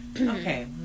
Okay